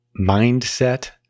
mindset